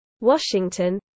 Washington